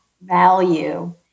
value